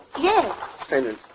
yes